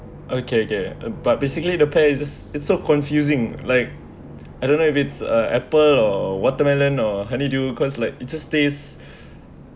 okay okay uh but basically the pear is just it's so confusing like I don't know if it's uh apple or watermelon or honey dew cause like it just tastes